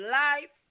life